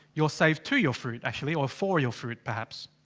you're saved to your fruit. actually or for your fruit perhaps.